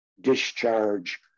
discharge